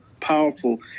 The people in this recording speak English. powerful